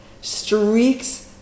streaks